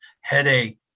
headache